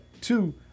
two